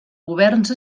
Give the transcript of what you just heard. governs